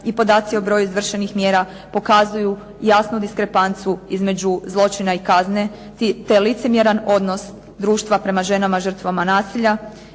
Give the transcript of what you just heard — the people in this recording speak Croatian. i podaci o broju izvršenih mjera pokazuju jasnu diskrepancu između zločina i kazne, te licemjeran odnos društva prema ženama žrtvama nasilja